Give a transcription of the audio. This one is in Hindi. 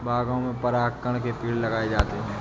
बागों में परागकण के पेड़ लगाए जाते हैं